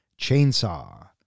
Chainsaw